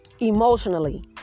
Emotionally